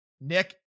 Nick